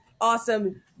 awesome